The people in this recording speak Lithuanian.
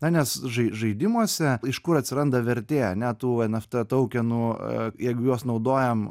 na nes žai žaidimuose iš kur atsiranda vertė ane tų eft tuokenųa jeigu juos naudojam